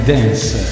Dance